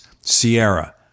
Sierra